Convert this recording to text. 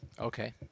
Okay